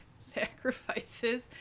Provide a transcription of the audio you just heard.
sacrifices